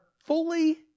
Fully